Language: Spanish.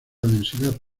densidad